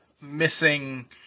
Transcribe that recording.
missing